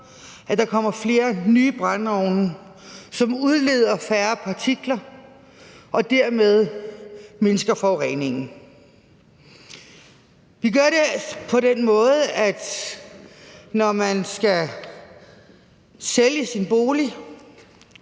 at der kommer flere nye brændeovne, som udleder færre partikler og dermed mindsker forureningen. Vi gør det på den måde, at når man skal sælge sin bolig